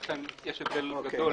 לכן יש הבדל גדול.